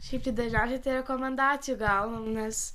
šiaip tai dažniausiai tai rekomendacijų gaunu nes